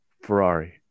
Ferrari